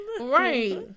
Right